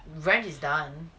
brands is done